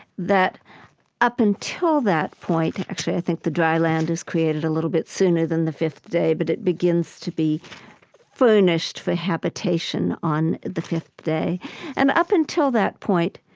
that up until that point actually, i think the dry land is created a little bit sooner than the fifth day, but it begins to be furnished for habitation on the fifth day and up until that point,